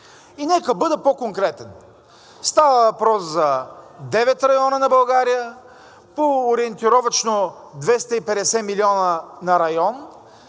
И нека бъда по-конкретен. Става въпрос за девет района на България, по ориентировъчно 250 милиона на район.